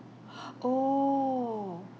!huh! oh